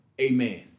Amen